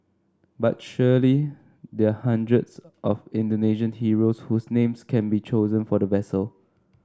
but surely there are hundreds of Indonesian heroes whose names can be chosen for the vessel